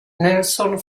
nelson